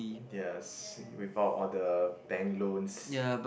yes without all the bank loans